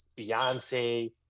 Beyonce